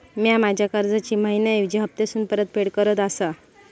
म्या माझ्या कर्जाची मैहिना ऐवजी हप्तासून परतफेड करत आसा